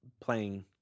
playing